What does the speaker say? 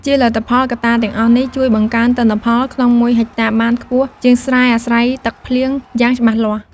ជាលទ្ធផល កត្តាទាំងអស់នេះជួយបង្កើនទិន្នផលក្នុងមួយហិកតាបានខ្ពស់ជាងស្រែអាស្រ័យទឹកភ្លៀងយ៉ាងច្បាស់លាស់។